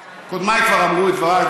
קודמיי כבר אמרו את דבריי,